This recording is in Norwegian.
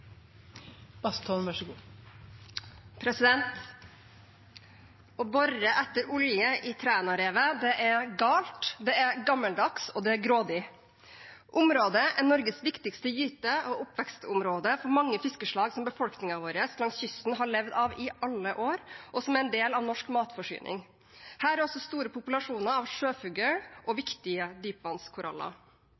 galt, det er gammeldags, og det er grådig. Området er Norges viktigste gyte- og oppvekstområde for mange fiskeslag som befolkningen vår langs kysten har levd av i alle år, og som er en del av norsk matforsyning. Her er også store populasjoner av sjøfugl og viktige dypvannskoraller. Et oljeutslipp på Trænarevet vil ifølge Havforskningsinstituttet, som altså er det fremste fagmiljøet vi